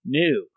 new